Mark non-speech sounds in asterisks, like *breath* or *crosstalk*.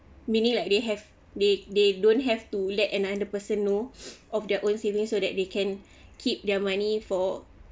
meaning like they have they they don't have to let another person know *breath* of their own savings so that they can keep their money for